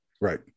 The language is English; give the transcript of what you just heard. right